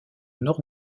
nord